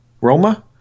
Roma